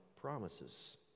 promises